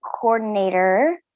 coordinator